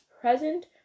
present